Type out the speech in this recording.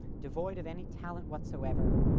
devoid of any talent whatsoever,